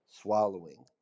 swallowing